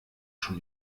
schon